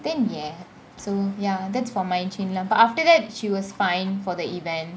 then ya so ya that's for marichin lah but after that she was fine for the event